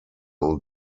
und